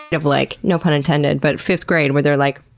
kind of like no pun intended but fifth grade where they're like,